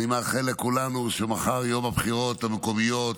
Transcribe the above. אני מאחל לכולנו שמחר, יום הבחירות המקומיות,